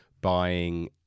buying